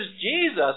Jesus